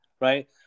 Right